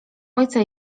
ojca